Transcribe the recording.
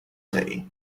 day